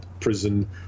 prison